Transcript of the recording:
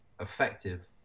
effective